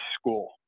school